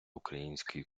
української